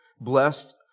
Blessed